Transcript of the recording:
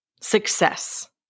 Success